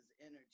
energy